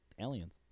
Aliens